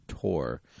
tour